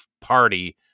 party